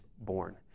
born